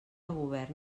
govern